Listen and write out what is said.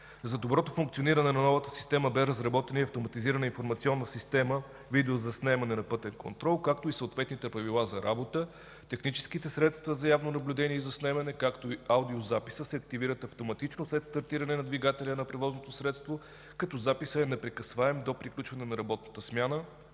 За доброто функциониране на новата система бе разработена и Автоматизирана информационна система, видеозаснемане на пътен контрол, както и съответните правила за работа. Техническите средства за явно наблюдение и заснемане, както и аудиозаписът се активират автоматично след стартиране на двигателя на превозното средство, като записът е непрекъсваем до приключване на работната смяна.